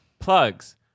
plugs